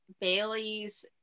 Bailey's